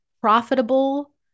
profitable